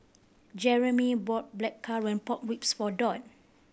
Jeramy bought Blackcurrant Pork Ribs for Dot